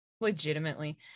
legitimately